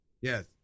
Yes